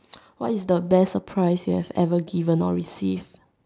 what is the best surprise you have ever given or received